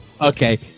Okay